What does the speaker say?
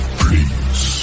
please